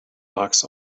bucks